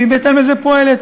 והיא בהתאם לזה פועלת.